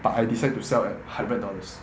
but I decide to sell at hundred dollars